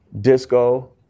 disco